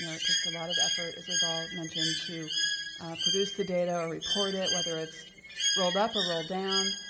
you know it takes a lot of effort as we've all mentioned to produce the data or report it. whether it's rolled up or rolled down,